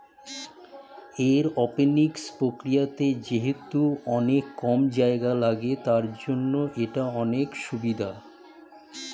aeroponics প্রক্রিয়াতে যেহেতু অনেক কম জায়গা লাগে, তার জন্য এটার অনেক সুভিধা